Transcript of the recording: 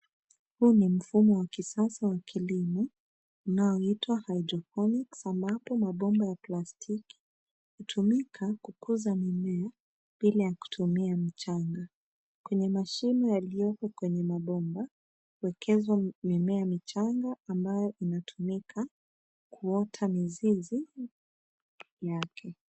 Huu ni mfumo wa kisasa wa kilimo unaoitwa hydroponics ambapo mabomba ya plastiki hutumika kukuza mimea bila ya kutumia mchanga. Kwenye mashimo yaliyopo kwnye mchanga, hutokeza mimea michanga ambayo inatumika kuota mizizi yake.